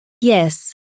Yes